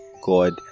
god